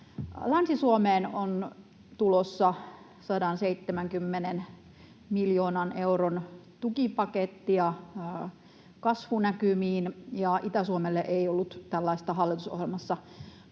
Länsi-Suomeen on tulossa 170 miljoonan euron tukipaketti kasvunäkymiin, ja Itä-Suomelle ei ollut tällaista hallitusohjelmassa, mutta